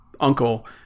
uncle